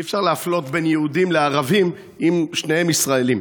אי-אפשר להפלות בין יהודים לערבים אם שניהם ישראלים.